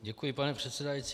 Děkuji, pane předsedající.